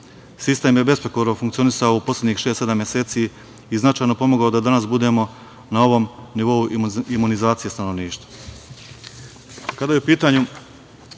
Sistem je besprekorno funkcionisao u poslednjih šest-sedam meseci i značajno pomogao da danas budemo na ovom nivou imunizacije stanovništva. Kada